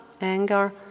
anger